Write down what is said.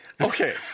Okay